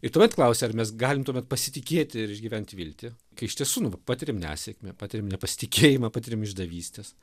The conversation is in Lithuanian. ir tuomet klausia ar mes galim tuomet pasitikėti ir išgyventi viltį kai iš tiesų nu va patiriam nesėkmę patyriam nepasitikėjimą patiriam išdavystes